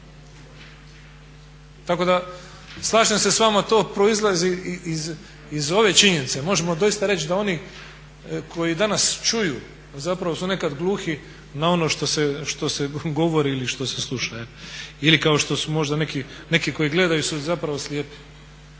Tako da slažem se s vama, to proizlazi iz ove činjenice, možemo doista reći da oni koji danas čuju zapravo su nekad gluhi na ono što se govori ili što se sluša ili kao što su možda neki koji gledaju su zapravo slijepe,